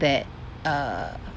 that uh